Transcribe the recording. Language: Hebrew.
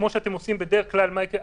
כמו שאתם עושים בדרך כלל, מה יקרה.